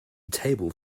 table